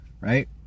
right